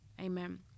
Amen